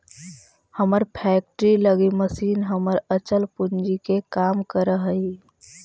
हमर फैक्ट्री लगी मशीन हमर अचल पूंजी के काम करऽ हइ